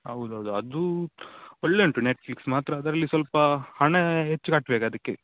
ಹೌದೌದು ಅದು ಒಳ್ಳೆ ಉಂಟು ನೆಟ್ಫ್ಲಿಕ್ಸ್ ಮಾತ್ರ ಅದರಲ್ಲಿ ಸ್ವಲ್ಪ ಹಣ ಹೆಚ್ ಕಟ್ಬೇಕು ಅದಕ್ಕೆ